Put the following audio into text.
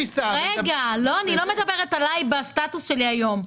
אני לא מדברת עלי בסטטוס שלי היום.